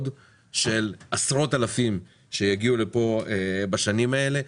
של עשרות אלפים שיגיעו לפה בשנים האלה,